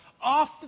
off